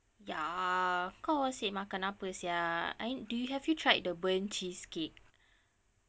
ya kau asyik makan apa sia I do you have you tried the burnt cheesecake